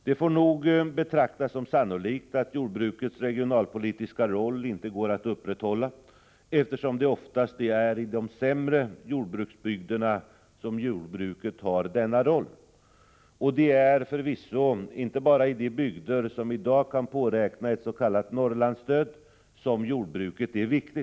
Det får nog betraktas som sannolikt att jordbrukets regionalpolitiska roll inte går att upprätthålla, eftersom det oftast är i de sämre jordbruksbygderna som jordbruket har denna roll. Det är förvisso inte bara i de bygder som i dag kan påräkna ett s.k. Norrlandsstöd som jordbruket är viktigt.